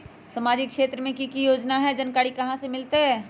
सामाजिक क्षेत्र मे कि की योजना है जानकारी कहाँ से मिलतै?